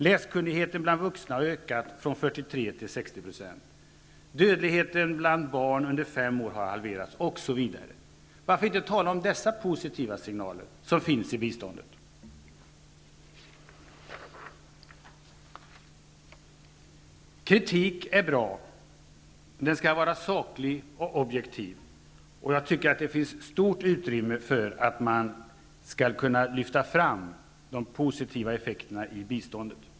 Läskunnigheten bland vuxna har ökat från 43 till 60 %. Dödligheten bland barn under 5 år har halverats, osv. Varför inte tala om dessa positiva saker när det gäller biståndet? Kritik är bra. Den skall dock vara saklig och objektiv. Jag tycker att det finns stort utrymme för att lyfta fram de positiva effekterna av biståndet.